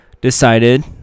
decided